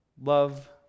Love